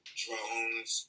drones